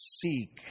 seek